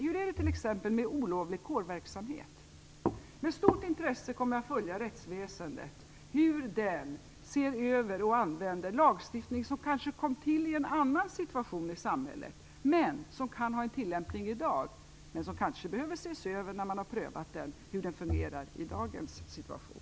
Hur är det t.ex. med olovlig kårverksamhet? Med stort intresse kommer jag att följa hur rättsväsendet ser över och använder lagstiftning som kanske kom till i en annan situation i samhället, men som kan ha en tillämpning i dag. Den behöver kanske ses över när man har prövat hur den fungerar i dagens situation.